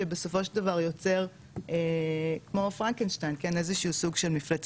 שבסופו של דבר יוצר כמו פרנקנשטיין ,איזשהו סוג של מפלצת.